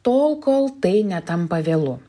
tol kol tai netampa vėlu